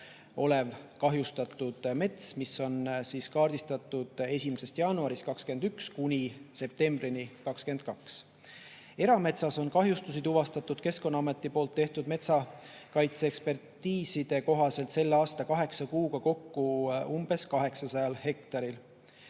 olev kahjustatud mets, mis on kaardistatud 1. jaanuarist 2021 kuni septembrini 2022. Erametsas on kahjustusi tuvastatud Keskkonnaameti poolt tehtud metsakaitseekspertiiside kohaselt selle aasta kaheksa kuuga kokku umbes 800 hektaril.